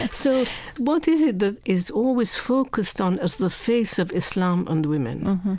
so what is it that is always focused on as the face of islam and women?